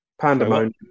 Pandemonium